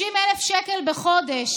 30,000 שקל בחודש